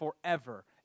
forever